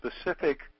specific